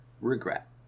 regret